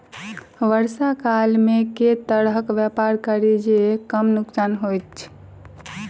वर्षा काल मे केँ तरहक व्यापार करि जे कम नुकसान होइ?